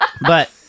But-